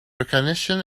recognition